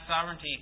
sovereignty